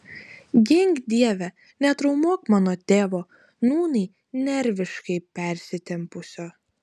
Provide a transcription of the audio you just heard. gink dieve netraumuok mano tėvo nūnai nerviškai persitempusio